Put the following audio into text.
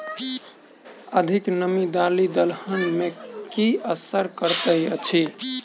अधिक नामी दालि दलहन मे की असर करैत अछि?